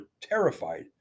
terrified